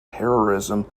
terrorism